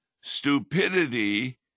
Stupidity